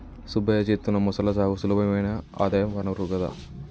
సుబ్బయ్య చేత్తున్న మొసళ్ల సాగు సులభమైన ఆదాయ వనరు కదా